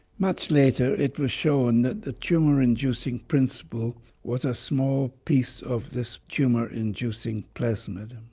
much later, it was shown that the tumour inducing principle was a small piece of this tumour inducing plasmid.